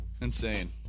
Insane